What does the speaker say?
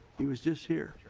he was just here.